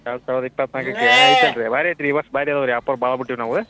ಎರಡು ಸಾವಿರದ ಇಪ್ಪತ್ತು ನಾಲ್ಕಕ್ಕೆ ಆಯ್ತು ಅಲ್ರಿ ವಾರೈತಿ ರೀ ರಿವರ್ಸ್ ಮಾಡ್ಯಾವ ರೀ ಆಪಲ್ ಬಳಾ ಬಿಟಿವ್ ನಾವು